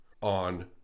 on